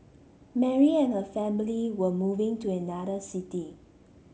Mary and her family were moving to another city